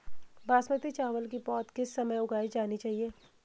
बासमती चावल की पौध किस समय उगाई जानी चाहिये?